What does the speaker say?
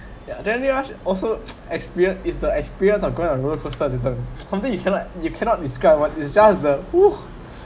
the adrenaline rush also experience is the experience of going on roller coaster sha~ something you cannot you cannot describe what it's just the !woo!